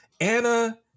Anna